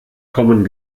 kommen